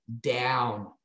down